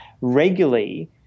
regularly